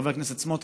חבר הכנסת סמוטריץ,